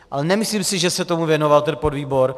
Ale nemyslím si, že se tomu věnoval ten podvýbor.